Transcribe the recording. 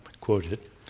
quoted